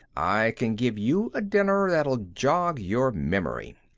i can give you a dinner that'll jog your memory.